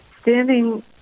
standing